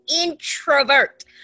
introvert